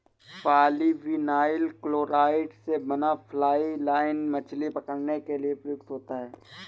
polyvinyl chloride से बना fly line मछली पकड़ने के लिए प्रयुक्त होता है